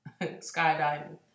skydiving